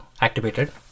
Activated